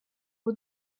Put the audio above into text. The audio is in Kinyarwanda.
ubu